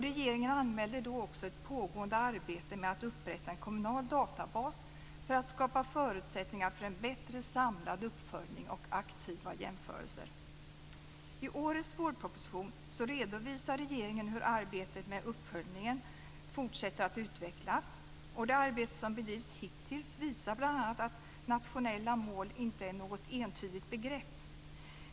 Regeringen anmälde då också ett pågående arbete med att upprätta en kommunal databas för att skapa förutsättningar för en bättre samlad uppföljning och aktiva jämförelser. I årets vårproposition redovisar regeringen hur arbetet med uppföljningen fortsätter att utvecklas. Det arbete som har bedrivits hittills visar bl.a. att nationella mål inte är något entydigt begrepp.